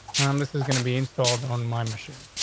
um, this is gonna be installed on my machine.